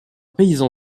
paysan